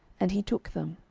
and he took them.